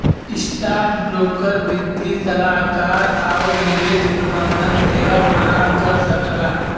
stockbroker वित्तीय सलाहकार आउर निवेश प्रबंधन सेवा प्रदान कर सकला